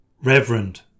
Reverend